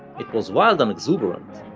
it was wild and exuberant,